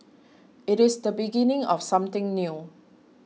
it is the beginning of something new